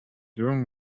during